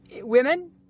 women